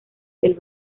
del